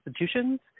institutions